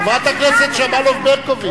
חברת הכנסת שמאלוב-ברקוביץ,